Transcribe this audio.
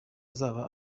azajya